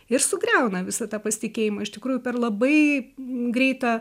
ir sugriauna visą tą pasitikėjimą iš tikrųjų per labai greitą